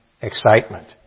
excitement